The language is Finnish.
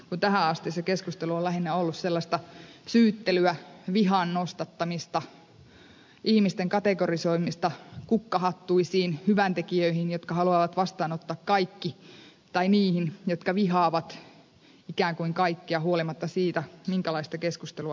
tähän asti se keskustelu on lähinnä ollut sellaista syyttelyä vihan nostattamista ihmisten kategorisoimista kukkahattuisiin hyväntekijöihin jotka haluavat vastaanottaa kaikki ja niihin jotka vihaavat ikään kuin kaikkia huolimatta siitä minkälaista keskustelua asiasta on käyty